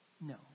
No